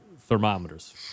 thermometers